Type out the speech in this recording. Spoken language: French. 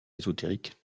ésotériques